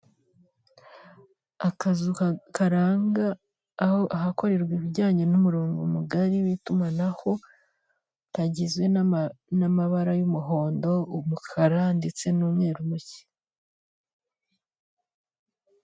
Akazu karanga aho ahakorerwa ibijyanye n'umurongo mugari w'itumanaho kagizwe n'amabara y'umuhondo, umukara ndetse n'umweru muke.